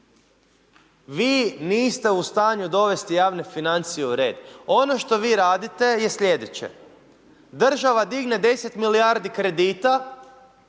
Vi niste u stanju dovesti javne financije u red. Ono što vi radite je slijedeće, država digne 10 milijardi kredita,